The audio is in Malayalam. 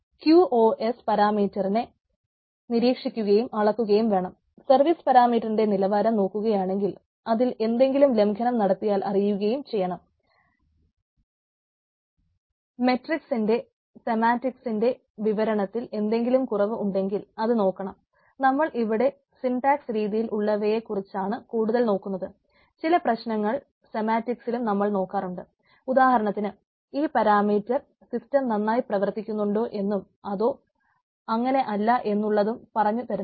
ക്യൂ ഓ എസ്സ് പരാമീറ്ററിനെ നന്നായി പ്രവർത്തിക്കുണ്ടോ എന്നും അതൊ അങ്ങനെ അല്ല എന്നുള്ളതും പറഞ്ഞു തരുന്നു